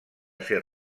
ser